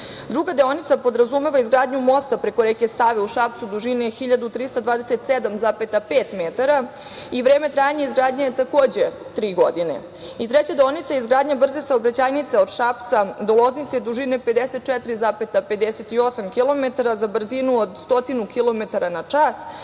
deonica podrazumeva izgradnju mosta preko reke Save u Šapcu, dužine 1327,5 metara i vreme trajanja izgradnje takođe, tri godine. Treća deonica izgradnja brze deonice od Šapca do Loznice dužine 54,58 kilometara za brzinu od 100 kilometara